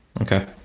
Okay